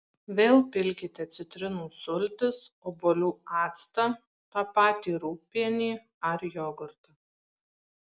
vėl pilkite citrinų sultis obuolių actą tą patį rūgpienį ar jogurtą